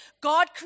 God